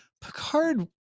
Picard